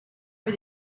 für